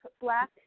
black